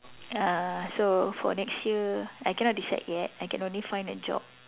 uh so for next year I cannot decide yet I can only find a job